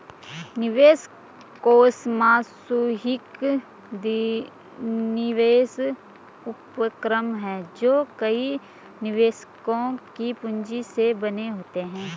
निवेश कोष सामूहिक निवेश उपक्रम हैं जो कई निवेशकों की पूंजी से बने होते हैं